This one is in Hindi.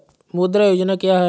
मुद्रा योजना क्या है?